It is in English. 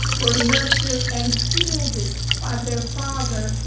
were nurtured and shielded by their father,